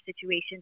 situations